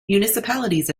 municipalities